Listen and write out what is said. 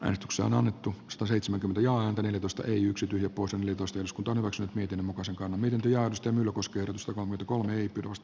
exxon annettu ksataseitsemän tuntojaan ja neljätoista yksi tyhjä puson liitosten iskut olivat syyt miten muka se on miltei alusta melukosketusta on nyt kolme dust